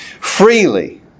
freely